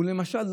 למשל,